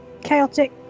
chaotic